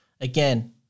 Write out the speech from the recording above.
Again